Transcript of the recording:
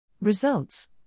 Results